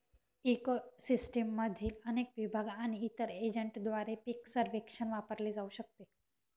eco सिस्टीममधील अनेक विभाग आणि इतर एजंटद्वारे पीक सर्वेक्षण वापरले जाऊ शकते